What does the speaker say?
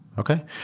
okay?